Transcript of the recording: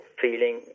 feeling